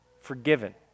forgiven